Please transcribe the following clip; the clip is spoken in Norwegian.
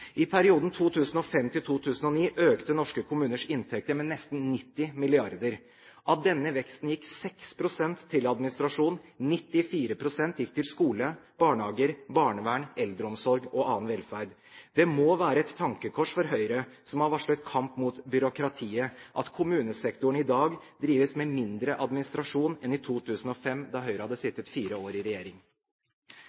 I perioden 2005–2009 økte norske kommuners inntekter med nesten 90 mrd. kr. Av denne veksten gikk 6 pst. til administrasjon. 94 pst. gikk til skole, barnehager, barnevern, eldreomsorg og annen velferd. Det må være et tankekors for Høyre – som har varslet kamp mot byråkratiet – at kommunesektoren i dag drives med mindre administrasjon enn i 2005, da Høyre hadde